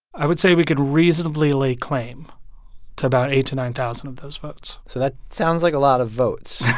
i would say we could reasonably lay claim to about eight to nine thousand of those votes so that sounds like a lot of votes